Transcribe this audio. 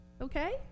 okay